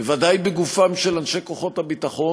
בוודאי בגופם של אנשי הביטחון,